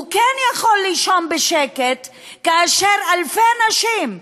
הוא כן יכול לישון בשקט כאשר אלפי נשים,